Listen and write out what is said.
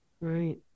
Right